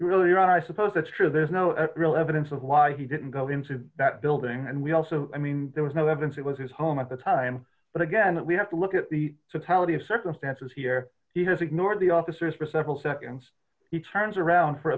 we really are i suppose that's true there's no real evidence of why he didn't go into that building and we also i mean there was no evidence it was his home at the time but again we have to look at the totality of circumstances here he has ignored the officers for several seconds he turns around for